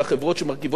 לכן, לסיכום,